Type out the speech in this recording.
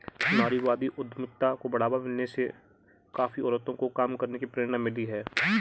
नारीवादी उद्यमिता को बढ़ावा मिलने से काफी औरतों को काम करने की प्रेरणा मिली है